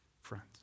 friends